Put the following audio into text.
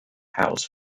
house